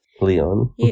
Leon